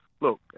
look